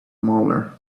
smaller